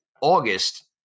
August